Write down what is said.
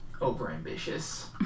over-ambitious